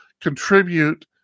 contribute